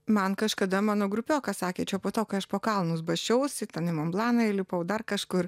man kažkada mano grupiokas sakė čia po to kai aš po kalnus basčiausi ten į monblaną įlipau dar kažkur